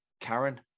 Karen